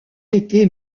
été